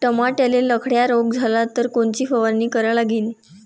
टमाट्याले लखड्या रोग झाला तर कोनची फवारणी करा लागीन?